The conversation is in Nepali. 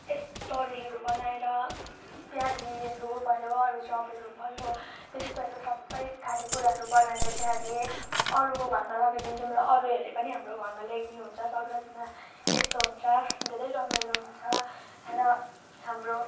यस तरुलहरू बनाएर प्याजीहरू भयो अरू चपहरू भयो त्यस्तोहरू सबै खानेकुराहरू बनाएर चाहिँ हामी अरूको घरमा लगिदिन्छौँ र अरूहरूले पनि हाम्रो घरमा ल्याइदिनु हुन्छ सङ्क्रान्तिमा यस्तो हुन्छ धेरै रमाइलो हुन्छ र हाम्रो